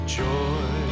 joy